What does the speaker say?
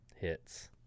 hits